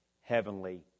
heavenly